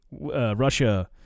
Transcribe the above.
Russia